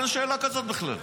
אין שאלה כזו בכלל.